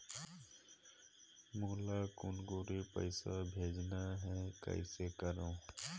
मोला कुनकुरी पइसा भेजना हैं, कइसे करो?